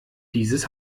dieses